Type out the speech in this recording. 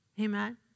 Amen